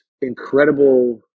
incredible